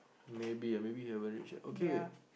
maybe ah maybe he haven't reach yet okay wait